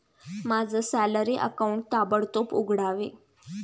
माझं salary account ताबडतोब उघडावे